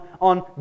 on